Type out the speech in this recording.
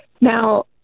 Now